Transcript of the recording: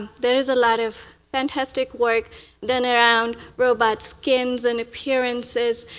there's a lot of fantastic work done around robot skins and appearances,